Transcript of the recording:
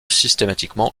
systématiquement